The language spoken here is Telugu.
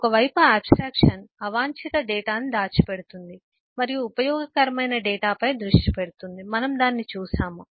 ఒక వైపు ఆబ్స్ట్రాక్షన్ అవాంఛిత డేటాను దాచిపెడుతుంది మరియు ఉపయోగకరమైన డేటాపై దృష్టి పెడుతుంది మనము దానిని చూశాము